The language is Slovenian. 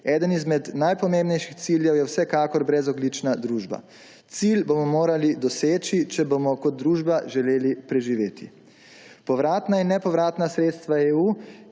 Eden izmed najpomembnejših ciljev je vsekakor brezogljična družba. Cilj bomo morali doseči, če bomo kot družba želeli preživeti. Povratna in nepovratna sredstva EU,